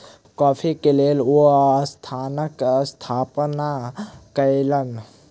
coffee के लेल ओ संस्थानक स्थापना कयलैन